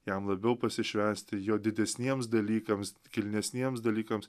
jam labiau pasišvęsti jo didesniems dalykams kilnesniems dalykams